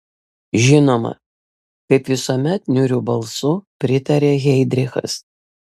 žinoma kaip visuomet niūriu balsu pritarė heidrichas